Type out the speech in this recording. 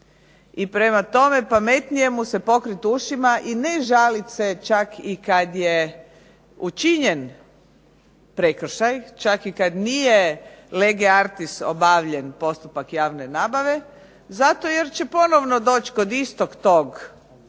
I prema tome, pametnije mu se pokrit ušima i ne žalit se čak i kad je učinjen prekršaj, čak i da nije lege artis obavljen postupak javne nabave zato jer će ponovno doći kod istog tog recimo